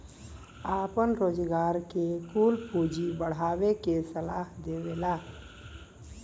आपन रोजगार के कुल पूँजी बढ़ावे के सलाह देवला